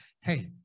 Hey